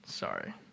Sorry